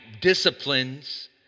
disciplines